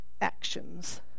actions